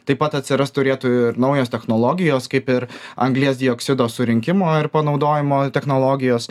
taip pat atsirast turėtų ir naujos technologijos kaip ir anglies dioksido surinkimo ir panaudojimo technologijos